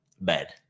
bad